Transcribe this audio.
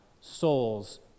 souls